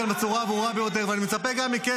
עצור שנייה, אני אעצור לך את הזמן.